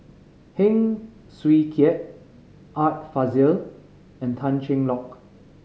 Heng Swee Keat Art Fazil and Tan Cheng Lock